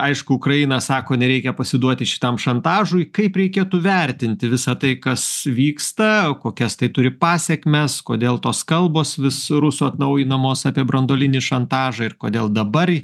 aišku ukraina sako nereikia pasiduoti šitam šantažui kaip reikėtų vertinti visa tai kas vyksta kokias tai turi pasekmes kodėl tos kalbos vis rusų atnaujinamos apie branduolinį šantažą ir kodėl dabar